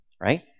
right